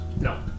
No